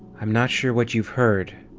i'm not sure what you've heard,